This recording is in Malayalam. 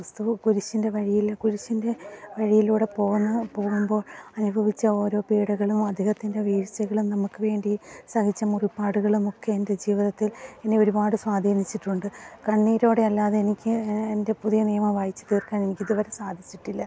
ക്രിസ്തു കുരിശിൻ്റെ വഴിയില് കുരിശിൻ്റെ വഴിയിലൂടെ പോനാ പോകുമ്പോള് അനുഭവിച്ച ഓരോ പീഡകളും അദ്ദേഹത്തിൻ്റെ വീഴ്ചകളും നമുക്ക് വേണ്ടി സഹിച്ച മുറിപ്പാടുകളുമൊക്കെ എൻ്റെ ജീവിതത്തിൽ എന്നെ ഒരുപാട് സ്വാധീനിച്ചിട്ടുണ്ട് കണ്ണീരോടെ അല്ലാതെ എനിക്ക് എൻ്റെ പുതിയ നിയമം വായിച്ച് തീർക്കാൻ എനിക്കിതുവരെ സാധിച്ചിട്ടില്ല